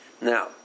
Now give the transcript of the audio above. now